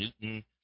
Newton